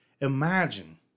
Imagine